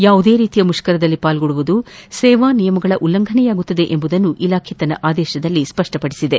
ಯಾವುದೇ ರೀತಿಯ ಮುಷ್ಕರದಲ್ಲಿ ಭಾಗವಹಿಸುವುದು ಸೇವಾ ನಿಯಮಗಳ ಉಲ್ಲಂಘನೆಯಾಗುತ್ತದೆ ಎಂಬುದನ್ನು ಇಲಾಖೆ ತನ್ನ ಆದೇಶದಲ್ಲಿ ತಿಳಿಸಿದೆ